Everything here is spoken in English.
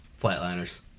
Flatliners